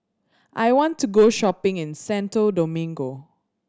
I want to go shopping in Santo Domingo